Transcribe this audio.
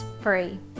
free